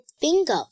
bingo